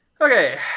Okay